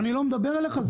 אני לא מדבר אליך?